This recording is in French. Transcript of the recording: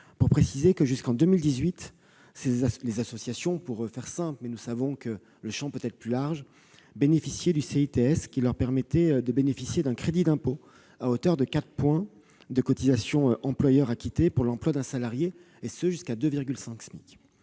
non lucratif. Jusqu'en 2018, les associations- pour faire simple, mais nous savons que le champ peut être plus large -bénéficiaient du CITS, qui leur permettait de profiter d'un crédit d'impôt à hauteur de 4 points de cotisations employeur acquittées pour l'emploi d'un salarié, et ce jusqu'à 2,5 SMIC.